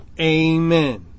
Amen